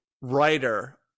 writer